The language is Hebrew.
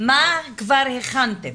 מה עבר הכנתם?